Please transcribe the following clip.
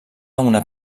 una